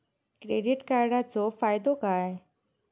Credit कार्डाचो फायदो काय?